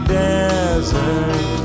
desert